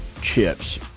chips